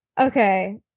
Okay